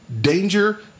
danger